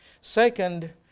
Second